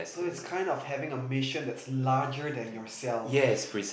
so is kind of having a mission that's larger than yourself